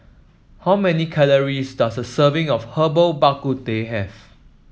how many calories does a serving of Herbal Bak Ku Teh have